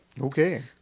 Okay